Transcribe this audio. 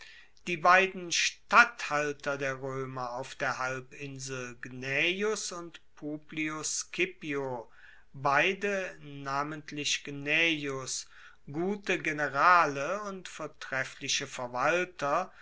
die beiden statthalter der roemer auf der halbinsel gnaeus und publius scipio beide namentlich gnaeus gute generale und vortreffliche verwalter